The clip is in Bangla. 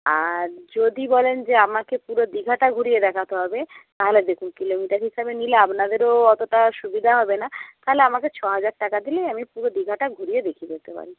আর যদি বলেন যে আমাকে পুরো দীঘাটা ঘুরিয়ে দেখাতে হবে তাহলে দেখুন কিলোমিটার হিসাবে নিলে আপনাদেরও অতটা সুবিধা হবে না তাহলে আমাকে ছহাজার টাকা দিলেই আমি পুরো দীঘাটা ঘুরিয়ে দেখিয়ে দিতে পারি